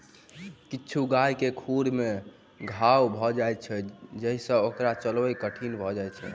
किछु गाय के खुर मे घाओ भ जाइत छै जाहि सँ ओकर चलब कठिन भ जाइत छै